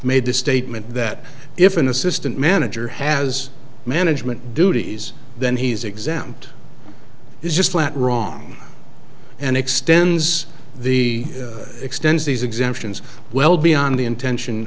made the statement that if an assistant manager has management duties then he's exempt is just flat wrong and extends the extends these exemptions well beyond the intention